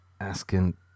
asking